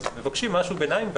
אז מבקשים משהו כביניים,